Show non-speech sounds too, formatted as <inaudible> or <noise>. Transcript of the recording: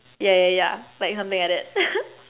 ya ya ya like something like that <laughs>